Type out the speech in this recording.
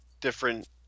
different